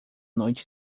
noite